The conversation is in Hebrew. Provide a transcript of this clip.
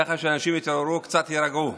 ככה שאנשים יתעוררו וקצת יירגעו.